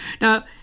Now